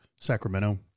Sacramento